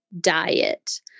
diet